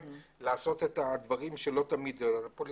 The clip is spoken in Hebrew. לפני שחברות הגבייה הגיעו,